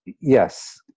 Yes